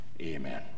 amen